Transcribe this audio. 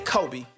Kobe